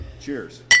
Cheers